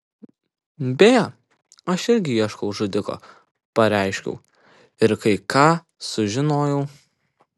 beje aš irgi ieškau žudiko pareiškiau ir kai ką sužinojau